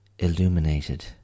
Illuminated